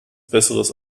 besseres